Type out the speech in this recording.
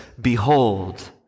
behold